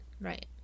Right